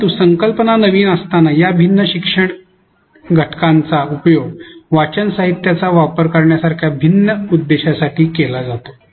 परंतु संकल्पना नवीन असताना या भिन्न शिक्षण घटकांचा उपयोग वाचन साहित्याचा वापर करण्यासारख्या भिन्न उद्देशांसाठी केला जातो